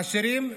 עשירים ועניים.